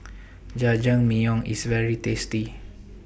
Jajangmyeon IS very tasty